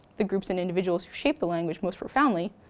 the groups and individuals who shaped the language most profoundly,